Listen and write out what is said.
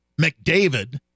McDavid